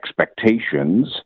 expectations